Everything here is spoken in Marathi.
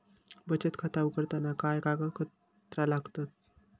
बचत खाता उघडताना काय कागदपत्रा लागतत?